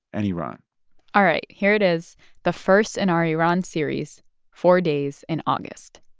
and iran all right, here it is the first in our iran series four days in august